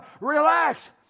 relax